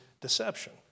deception